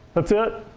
that's it.